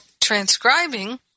transcribing